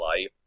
Life